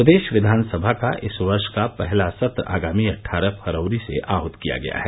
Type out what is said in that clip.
प्रदेश विधानसभा का इस वर्ष का पहला सत्र आगामी अट्ठारह फरवरी से आहूत किया गया है